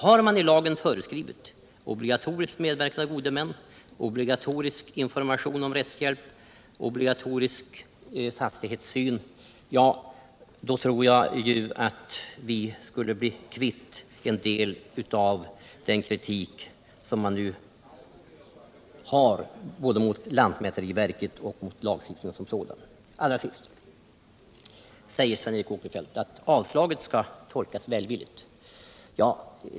Har man i lagen föreskrivit obligatorisk medverkan av gode män, obligatorisk information om rättshjälp och obligatorisk fastighetssyn — då tror jag att vi skulle bli kvitt en del av den kritik som nu riktas både mot lantmäteriverket och mot lagstiftningen som sådan. Allra sist säger Sven Eric Åkerfeldt att avslaget skall tolkas välvilligt.